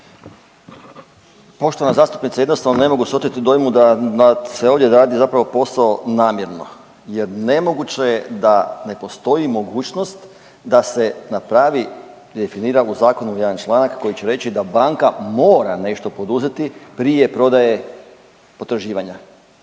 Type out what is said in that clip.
Poštovana zastupnice, jednostavno ne mogu se oteti dojmu da se ovdje radi zapravo posao namjerno jer nemoguće je da ne postoji mogućnost da se napravi definira u zakonu jedan članak koji će reći da banka mora nešto poduzeti prije prodaje potraživanja.